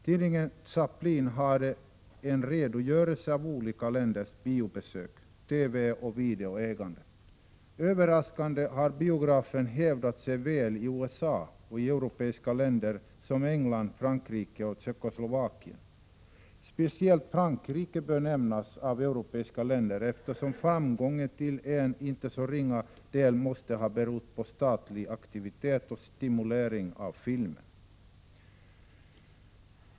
Tidningen Chaplin hade en redogörelse för olika länders biobesök, TV och videoägande. Överraskande nog har biografen hävdat sig väl i USA och i europeiska länder som England, Frankrike och Tjeckoslovakien. Speciellt Frankrike bör nämnas bland europeiska länder, eftersom framgången till en inte så ringa del måste ha berott på statlig aktivitet och stimulering av filmen.